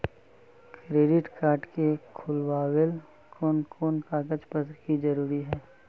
Credit card के खुलावेले कोन कोन कागज पत्र की जरूरत है?